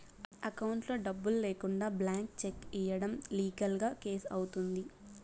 అకౌంట్లో డబ్బులు లేకుండా బ్లాంక్ చెక్ ఇయ్యడం లీగల్ గా కేసు అవుతుంది